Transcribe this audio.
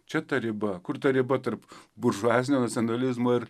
čia ta riba kur ta riba tarp buržuazinio nacionalizmo ir